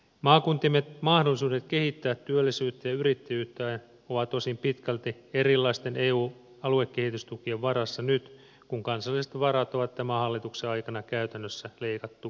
maakuntiemme mahdollisuudet kehittää työllisyyttä ja yrittäjyyttä ovat osin pitkälti erilaisten eu aluekehitystukien varassa nyt kun kansalliset varat on tämän hallituksen aikana käytännössä leikattu olemattomiksi